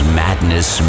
madness